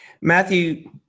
Matthew